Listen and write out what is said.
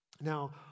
Now